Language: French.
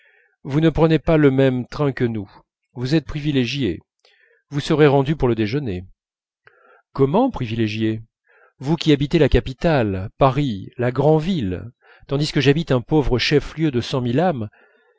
vous ne prenez pas le même train que nous vous êtes privilégiés vous serez rendus pour le déjeuner comment privilégiés vous qui habitez la capitale paris la grand ville tandis que j'habite un pauvre chef-lieu de cent mille âmes